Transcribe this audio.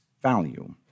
value